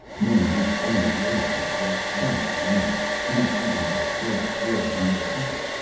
men whose only loyalty was not to the army, not even to the kerak worlds and their people,